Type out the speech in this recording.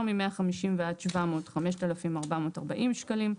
יותר מ-150 ועד 700 - 5,440 שקלים.